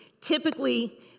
typically